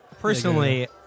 personally